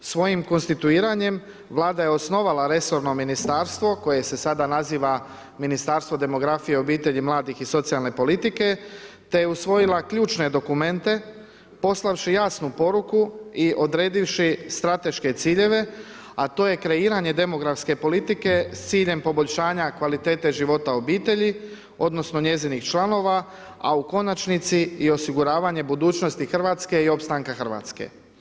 Svojim konstituiranjem Vlada je osnovala resorno ministarstvo koje se sada naziva Ministarstvo demografije, obitelji, mladih i socijalne politike te je usvojila ključne dokumente poslavši jasnu poruku i odredivši strateške ciljeve, a to je kreiranje demografske politike s ciljem poboljšanja kvalitete života obitelji, odnosno njezinih članova, a u konačnici i osiguravanje budućnosti Hrvatske i opstanka Hrvatske.